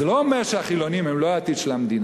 זה לא אומר שהחילונים הם לא העתיד של המדינה,